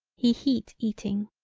he heat eating.